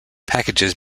packages